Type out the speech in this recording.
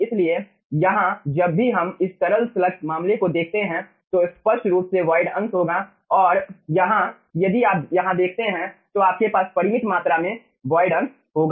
इसलिये यहाँ जब भी हम इस तरल स्लग मामले को देखते हैं तो स्पष्ट रूप से वॉइड अंश होगा और यहाँ यदि आप यहाँ देखते हैं तो आपके पास परिमित मात्रा में वॉइड अंश होगा